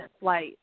flight